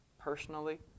personally